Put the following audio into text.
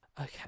Okay